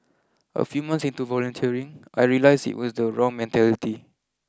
a few months into volunteering I realised it was the wrong mentality